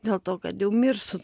dėl to kad jau mirsiu